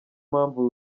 mpamvu